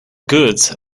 goods